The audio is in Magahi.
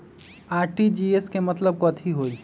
आर.टी.जी.एस के मतलब कथी होइ?